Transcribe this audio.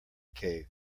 cave